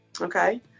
Okay